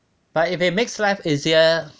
but if it makes life easier